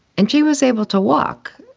and she was able to walk,